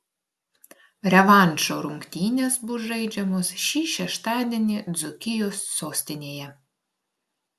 revanšo rungtynės bus žaidžiamos šį šeštadienį dzūkijos sostinėje